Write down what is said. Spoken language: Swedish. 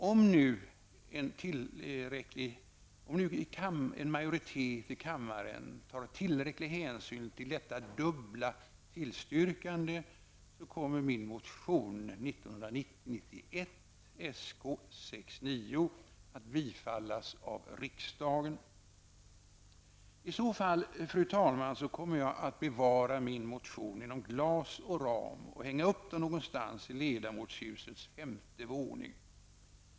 Om en majoritet i kammaren tar tillräcklig hänsyn till detta dubbla tillstyrkande, kommer min motion I så fall, fru talman, kommer jag att bevara min motion inom glas och ram och hänga upp den någonstans på ledamotshusets femte våning.